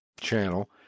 channel